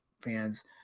fans